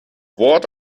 wort